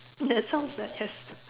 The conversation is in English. that sounds